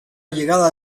llegada